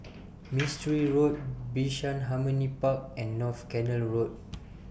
Mistri Road Bishan Harmony Park and North Canal Road